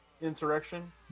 Insurrection